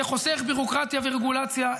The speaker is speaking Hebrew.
זה חוסך ביורוקרטיה ורגולציה.